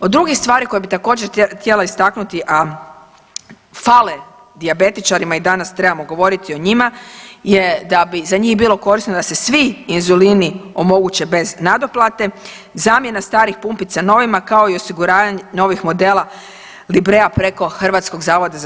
O drugoj stvari koju bih također htjela istaknuti, a fale dijabetičarima i danas trebamo govoriti o njima je da bi za njih bilo korisno da se svi inzulini omoguće bez nadoplate, zamjena starih pumpica novima kao i osiguravanje novih modela Librea preko HZZO-a.